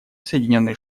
соединенные